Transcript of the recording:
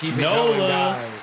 Nola